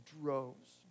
droves